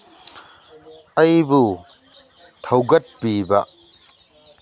ꯑꯩꯕꯨ ꯊꯧꯒꯠꯄꯤꯕ